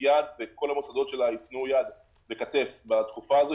יד וכל המוסדות שלה יתנו יד וכתף בתקופה הזו,